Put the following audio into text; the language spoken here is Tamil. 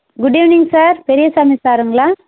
குட் ஈவ்னிங் சார் பெரிய சாமி சாருங்களா